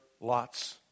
Lot's